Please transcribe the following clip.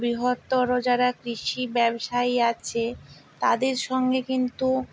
বৃহত্তর যারা কৃষি ব্যবসায়ী আছে তাদের সঙ্গে কিন্তু